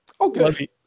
okay